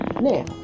Now